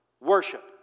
Worship